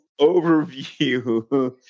overview